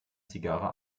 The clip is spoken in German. zigarre